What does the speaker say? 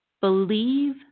believe